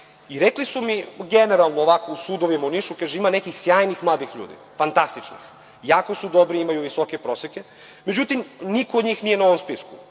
i rekli su mi generalno u sudovima u Nišu ima nekih sjajnih mladih ljudi, fantastičnih i jako su dobri i imaju visoke proseke. Međutim, niko od njih nije na ovom spisku.